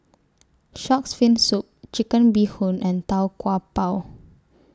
Shark's Fin Soup Chicken Bee Hoon and Tau Kwa Pau